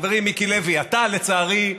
חברי מיקי לוי, אתה, לצערי,